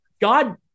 God